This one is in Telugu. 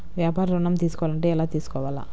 వ్యాపార ఋణం తీసుకోవాలంటే ఎలా తీసుకోవాలా?